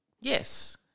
yes